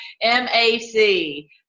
m-a-c